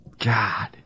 God